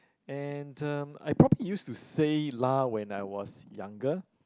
and um I probably used to say lah when I was younger